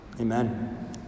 Amen